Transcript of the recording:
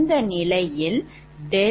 இந்த நிலையில் ∆Pg23704